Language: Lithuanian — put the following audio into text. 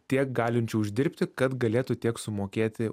tiek galinčių uždirbti kad galėtų tiek sumokėti